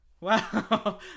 Wow